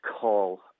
call